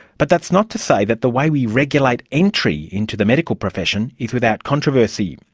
but that's not to say that the way we regulate entry into the medical profession is without controversy.